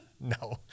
No